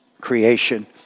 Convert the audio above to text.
creation